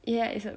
ya it's like